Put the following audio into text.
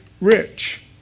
rich